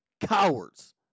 cowards